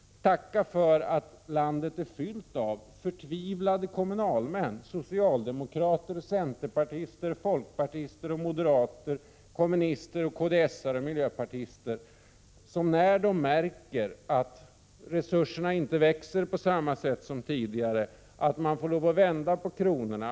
Tacka för att landet är fyllt av förtvivlade kommunalmän: socialdemokrater, centerpartister, folkpartister, moderater, kommunister, kds-are och miljöpartister, som när de märker att resurserna inte växer på samma sätt som tidigare får lov att vända på kronorna.